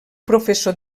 professor